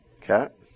Cat